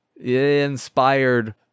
inspired